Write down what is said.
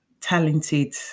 talented